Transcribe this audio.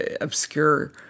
obscure